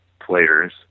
players